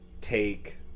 take